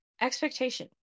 expectation